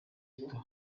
gito